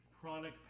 chronic